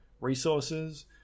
resources